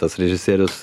tas režisierius